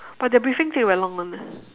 but their briefing take very long one leh